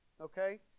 Okay